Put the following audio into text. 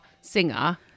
singer